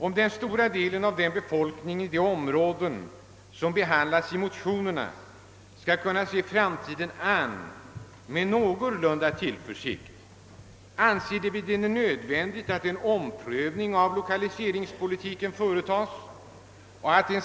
Om den stora delen av befolkningen i de områden som berörts i motionerna skall kunna se framtiden an med någorlunda stor tillförsikt, är det enligt vår mening nödvändigt att en omprövning av lokaliseringspolitiken företas och att en